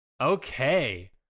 Okay